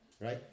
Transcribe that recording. Right